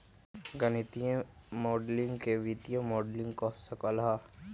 गणितीय माडलिंग के वित्तीय मॉडलिंग कह सक ल ह